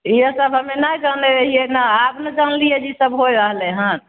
इहे सब हमे नहि जानै रहिए एना आब ने जनलियै जे ई सब होइ रहलै हन